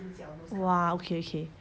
!wah! okay okay